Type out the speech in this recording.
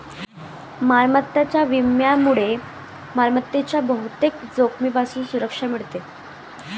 मालमत्ता विम्यामुळे मालमत्तेच्या बहुतेक जोखमींपासून संरक्षण मिळते